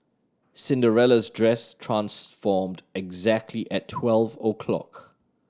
Cinderella's dress transformed exactly at twelve o'clock